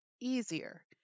easier